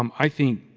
um i think,